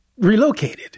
relocated